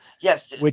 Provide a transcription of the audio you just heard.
Yes